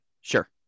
Sure